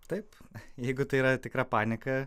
taip jeigu tai yra tikra panika